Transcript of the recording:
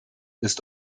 ist